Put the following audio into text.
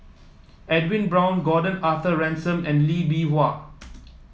Edwin Brown Gordon Arthur Ransome and Lee Bee Wah